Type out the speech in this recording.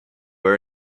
are